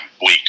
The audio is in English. week